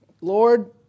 Lord